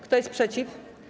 Kto jest przeciw?